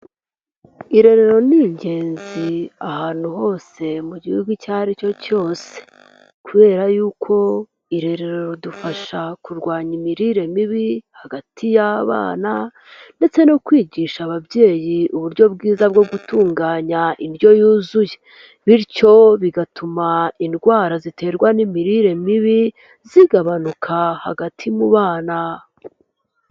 Irerero ni ingenzi ahantu hose mu gihugu icyo ari cyo cyose. Kubera yuko irerero ridufasha kurwanya imirire mibi, hagati y'abana, ndetse no kwigisha ababyeyi uburyo bwiza bwo gutunganya indyo yuzuye. Bityo bigatuma indwara ziterwa n'imirire mibi, zigabanuka hagati mu bana.